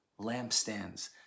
lampstands